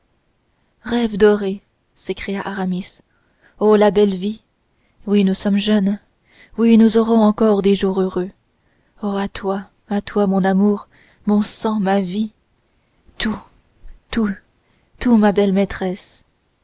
dorés s'écria aramis oh la belle vie oui nous sommes jeunes oui nous aurons encore des jours heureux oh à toi mon amour mon sang ma vie tout tout tout ma belle maîtresse